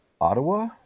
Ottawa